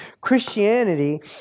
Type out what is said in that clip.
Christianity